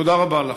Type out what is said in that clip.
תודה רבה לך.